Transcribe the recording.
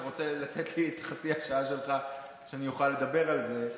אתה רוצה לתת לי את חצי השעה שלך כדי שאני אוכל לדבר על זה.